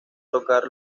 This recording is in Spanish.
tocar